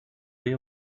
you